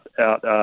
out